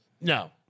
No